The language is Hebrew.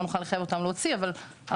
לא נוכל לחייב אותם להוציא,